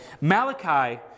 Malachi